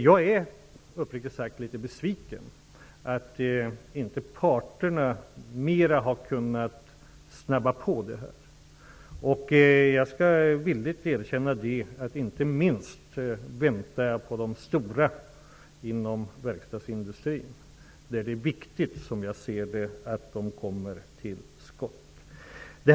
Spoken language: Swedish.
Jag är uppriktigt sagt litet besviken över att parterna inte har kunnat snabba på detta mera. Jag skall villigt erkänna att jag inte minst väntar på de stora inom verkstadsindustrin. Som jag ser det är det viktigt att de kommer till skott.